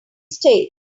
states